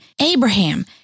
Abraham